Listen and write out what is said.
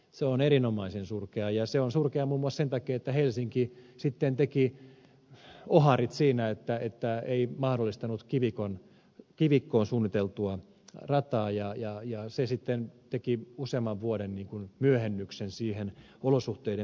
se on erinomaisen surkea ja se on surkea muun muassa sen takia että helsinki teki oharit siinä että ei mahdollistanut kivikkoon suunniteltua rataa ja se sitten aiheutti useamman vuoden myöhennyksen siihen olosuhteiden parantamiseen